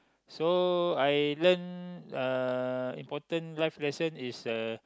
so I learn uh important life lesson is uh